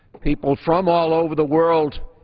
people from all over the world